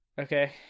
okay